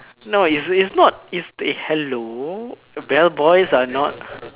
no is is not is hello bellboys are not